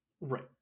Right